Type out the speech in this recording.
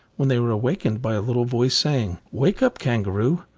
when they were awakened by a little voice saying wake up, kangaroo!